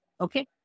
Okay